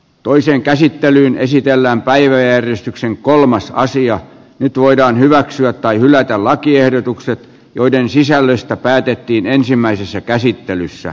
toiseen käsittelyyn esitellään päiväjärjestyksen kolmas kausi ja nyt voidaan hyväksyä tai hylätä lakiehdotukset joiden sisällöstä päätettiin ensimmäisessä käsittelyssä